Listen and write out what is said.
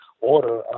order